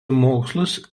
mokslus